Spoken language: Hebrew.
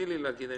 תני לי את להגיד,